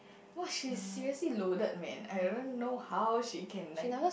!wah! she's seriously loaded man I don't even know how she can like